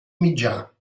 mitjà